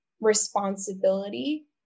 responsibility